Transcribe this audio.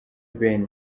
ben